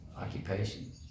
occupation